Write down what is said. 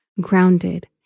grounded